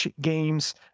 Games